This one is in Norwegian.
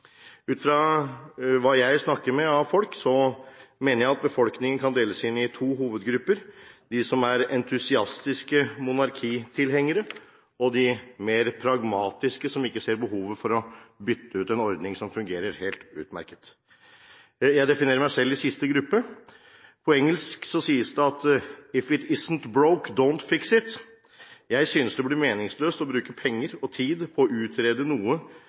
Ut ifra dem jeg snakker med, mener jeg at befolkningen kan deles inn i to hovedgrupper: De som er entusiastiske monarkitilhengere, og de mer pragmatiske som ikke ser behovet for å bytte ut en ordning som fungerer helt utmerket. Jeg definerer meg selv inn i siste gruppe. På engelsk sier man: «If it isn’t broke, don’t fix it». Jeg synes det blir meningsløst å bruke penger og tid på å utrede noe